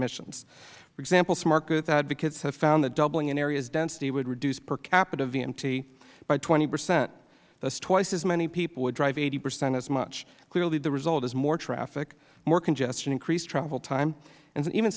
emissions for example smart growth advocates have found that doubling an area's density would reduce per capita vmt by twenty percent thus twice as many people would drive eighty percent as much clearly the result is more traffic more congestion increased travel time and even